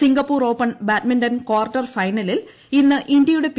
Singapore open ബാഡ്മിന്റന്റെ quarter ഫൈനലിൽ ഇന്ന് ഇന്ത്യയുടെ പി